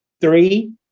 three